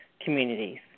communities